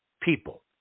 people